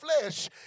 flesh